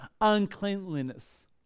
uncleanliness